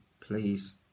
please